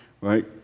Right